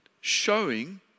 Showing